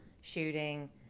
shooting